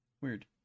Weird